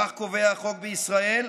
כך קובע החוק בישראל,